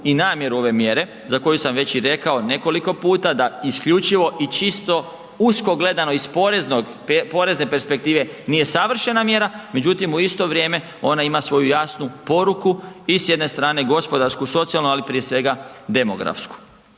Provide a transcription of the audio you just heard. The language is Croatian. i namjeru ove mjere za koju sam već i rekao nekoliko puta da isključivo i čisto usko gledano iz porezne perspektive nije savršena mjera, međutim u isto vrijeme ona ima svoju jasnu poruku i s jedne strane gospodarsku, socijalnu, ali prije svega demografsku.